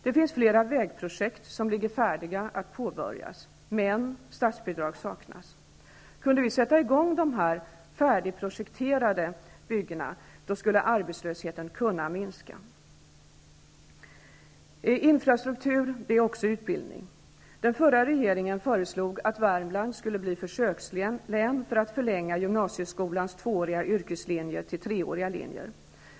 Det finns flera vägprojekt som ligger färdiga att påbörjas, men statsbidrag saknas. Kunde vi sätta i gång med de här färdigprojekterade vägbyggena skulle arbetslösheten kunna minskas. Infrastruktur är också utbildning. Den förra regeringen föreslog att Värmland skulle bli försökslän för att förlänga gymnasieskolans tvååriga yrkeslinjer till treåriga linjer.